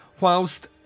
whilst